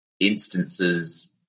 Instances